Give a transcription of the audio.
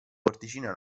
porticina